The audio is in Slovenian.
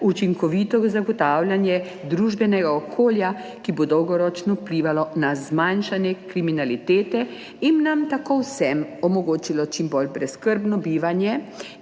učinkovito zagotavljanje družbenega okolja, ki bo dolgoročno vplivalo na zmanjšanje kriminalitete in nam tako vsem omogočilo čim bolj brezskrbno bivanje